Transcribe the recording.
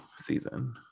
season